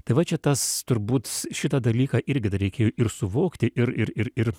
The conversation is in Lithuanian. tai va čia tas turbūt šitą dalyką irgi dar reikėjo ir suvokti ir ir ir ir